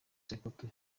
samputu